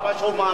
זה מה שהוא אמר,